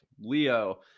leo